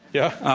yeah?